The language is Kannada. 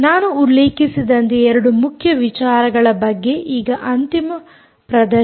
ನಾನು ಉಲ್ಲೇಖಿಸಿದಂತೆ 2 ಮುಖ್ಯ ವಿಚಾರಗಳ ಬಗ್ಗೆ ಈಗ ಅಂತಿಮ ಪ್ರದರ್ಶನ